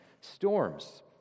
storms